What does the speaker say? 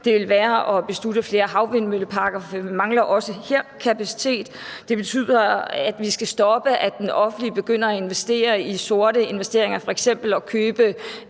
det vil være at beslutte flere havvindmølleparker, for vi mangler også her kapacitet. Det betyder, at vi skal stoppe, at det offentlige begynder at investere i sorte investeringer, f.eks. at købe